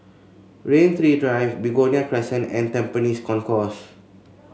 Rain Tree Drive Begonia Crescent and Tampines Concourse